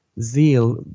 zeal